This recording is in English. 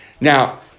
Now